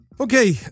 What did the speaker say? Okay